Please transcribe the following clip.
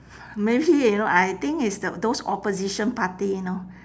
maybe you know I think it's the those opposition party you know